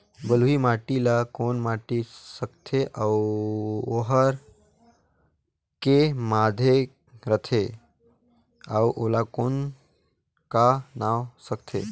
बलुही माटी ला कौन माटी सकथे अउ ओहार के माधेक राथे अउ ओला कौन का नाव सकथे?